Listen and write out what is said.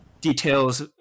details